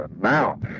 Now